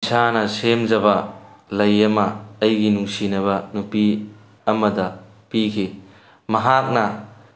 ꯏꯁꯥꯅ ꯁꯦꯝꯖꯕ ꯂꯩ ꯑꯃ ꯑꯩꯒꯤ ꯅꯨꯡꯁꯤꯅꯕ ꯅꯨꯄꯤ ꯑꯃꯗ ꯄꯤꯈꯤ ꯃꯍꯥꯛꯅ